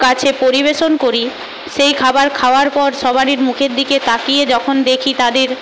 কাছে পরিবেশন করি সেই খাবার খাওয়ার পর সবারির মুখের দিকে তাকিয়ে যখন দেখি তাদের